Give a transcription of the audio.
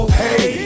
hey